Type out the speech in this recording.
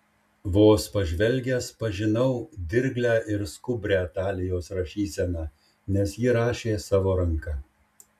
vos pažvelgęs pažinau dirglią ir skubrią talijos rašyseną nes ji rašė savo ranka